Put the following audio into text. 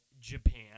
Japan